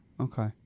okay